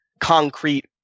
concrete